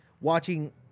Watching